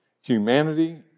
Humanity